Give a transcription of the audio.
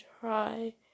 try